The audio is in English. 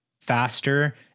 faster